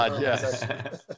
yes